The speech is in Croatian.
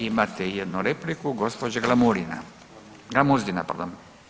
Imate jednu repliku, gđa. Glamurina, Glamuzina, pardon.